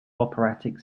operatic